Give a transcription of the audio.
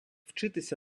вчитися